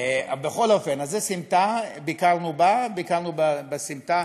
בכל אופן, זו סמטה, ביקרנו בה, ביקרנו בסמטה,